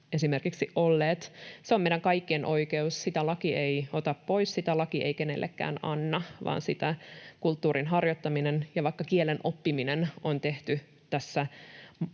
esimerkiksi olleet. Se on meidän kaikkien oikeus, sitä laki ei ota pois, sitä laki ei kenellekään anna. Kulttuurin harjoittaminen ja vaikkapa kielen oppiminen on tehty tässä